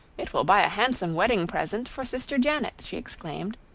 it will buy a handsome wedding present for sister janet! she exclaimed,